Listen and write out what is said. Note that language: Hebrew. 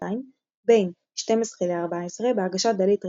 שעתיים בין 1200–1400 בהגשת דלית רצ'סטר,